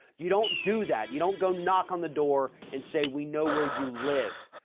you don't do that. you don't go knock on the door and say, we know where you live.